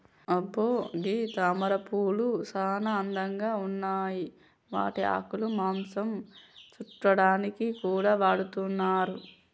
అబ్బో గీ తామరపూలు సానా అందంగా ఉన్నాయి వాటి ఆకులు మాంసం సుట్టాడానికి కూడా వాడతున్నారు